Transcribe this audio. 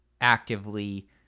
actively